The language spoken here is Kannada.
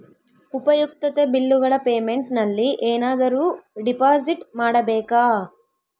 ಉಪಯುಕ್ತತೆ ಬಿಲ್ಲುಗಳ ಪೇಮೆಂಟ್ ನಲ್ಲಿ ಏನಾದರೂ ಡಿಪಾಸಿಟ್ ಮಾಡಬೇಕಾ?